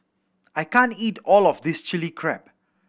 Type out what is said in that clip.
I can't eat all of this Chili Crab